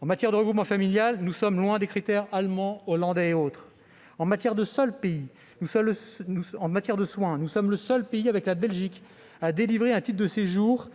En matière de regroupement familial, nous sommes loin des critères allemands, hollandais ou autres. En matière de soins, nous sommes le seul pays, avec la Belgique, à délivrer un titre de séjour